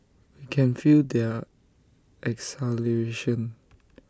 we can feel their exhilaration